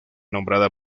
nombrada